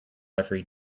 every